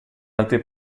altri